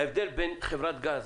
ההבדל בין חברת גז